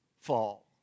fall